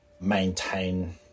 maintain